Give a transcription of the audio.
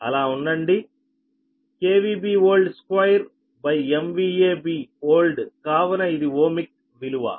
అలా ఉండండిKVBold 2MVAB oldకావున ఇది ఓమిక్ విలువ